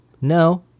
No